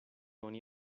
oni